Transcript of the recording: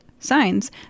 Signs